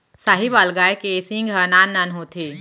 साहीवाल गाय के सींग ह नान नान होथे